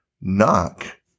Knock